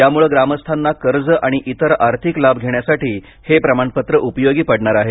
यामुळे ग्रामस्थांना कर्ज आणि इतर आर्थिक लाभ घेण्यासाठी हे प्रमाण पत्र उपयोगी पडणार आहे